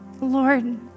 Lord